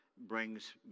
brings